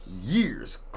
Years